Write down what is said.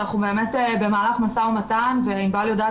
אנחנו באמת במהלך משא ומתן וענבל יודעת